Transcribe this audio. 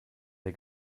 der